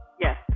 yes